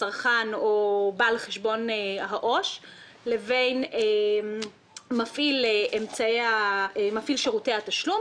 הצרכן או בעל חשבון העו"ש לבין מפעיל שירותי התשלום